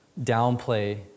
downplay